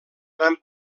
gran